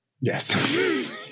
Yes